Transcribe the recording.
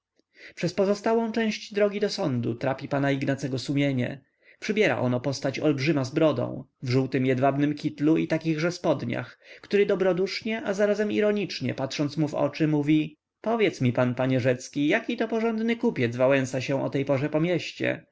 przez pozostałą część drogi do sądu trapi pana ignacego sumienie przybiera ono postać olbrzyma z brodą w żółtym jedwabnym kitlu i takichże spodniach który dobrodusznie a zarazem ironicznie patrząc mu w oczy mówi powiedz mi pan panie rzecki jakito porządny kupiec wałęsa się o tej porze po mieście